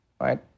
right